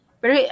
pero